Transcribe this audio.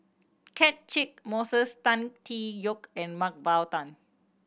Catchick Moses Tan Tee Yoke and Mah Bow Tan